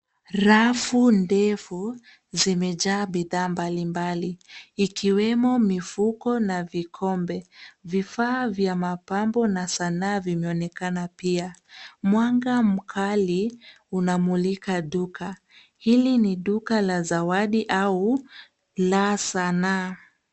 Rafu ndefu, zimejaa bidhaa mbalimbali ikiwemo mifuko na vikombe. Vifaa vya mapambo na sanaa vimeonekana pia. Mwanga mkali unamulika duka. Hili ni duka la zawadi au la sanaa.